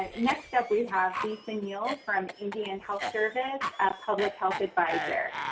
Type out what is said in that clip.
and next up, we have lisa neel from indian health service, a public health adviser.